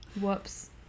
Whoops